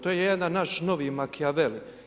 To je jedan od naš novi makijavel.